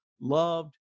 loved